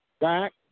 Back